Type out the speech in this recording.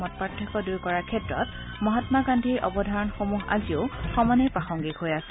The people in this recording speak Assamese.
মতপাৰ্থক্য দূৰ কৰাৰ ক্ষেত্ৰত মহাত্মা গান্ধীৰ অৱধাৰণাসমূহ আজিও সমানে প্ৰাসঙ্গিক হৈ আছে